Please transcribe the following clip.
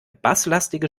basslastige